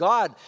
God